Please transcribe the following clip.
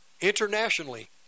Internationally